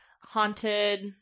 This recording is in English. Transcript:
haunted